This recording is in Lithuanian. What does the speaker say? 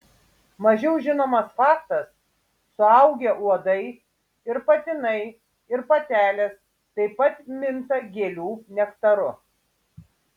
mažiau žinomas faktas suaugę uodai ir patinai ir patelės taip pat minta gėlių nektaru